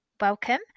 welcome